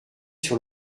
sur